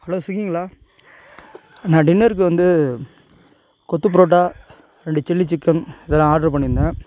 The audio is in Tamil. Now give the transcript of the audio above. ஹலோ ஸ்விகிங்களா நான் டின்னர்க்கு வந்து கொத்து பரோட்டா ரெண்டு சில்லி சிக்கன் இதெல்லாம் ஆட்ரு பண்ணிருந்தேன்